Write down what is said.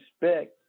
respect